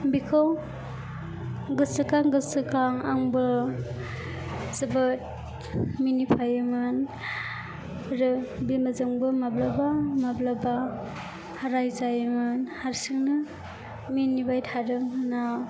बेखौ गोसोखां गोसोखां आंबो जोबोद मिनिफायोमोन आरो बिमाजोंबो माब्लाबा माब्लाबा रायजायोमोन हारसिंनो मिनिबाय थादों होनना